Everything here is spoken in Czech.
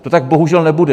To tak bohužel nebude.